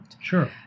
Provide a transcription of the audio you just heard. Sure